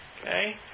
Okay